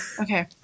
Okay